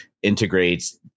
integrates